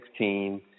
2016